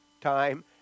time